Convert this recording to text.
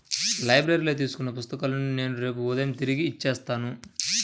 లైబ్రరీలో తీసుకున్న పుస్తకాలను నేను రేపు ఉదయం తిరిగి ఇచ్చేత్తాను